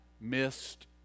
missed